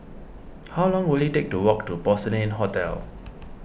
how long will it take to walk to Porcelain Hotel